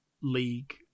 League